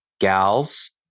gals